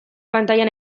pantailan